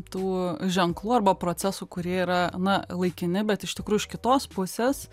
tų ženklų arba procesų kurie yra na laikini bet iš tikrųjų iš kitos pusės